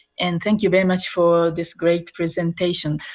and thank you very much for this great presentation.